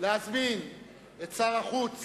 להזמין את שר החוץ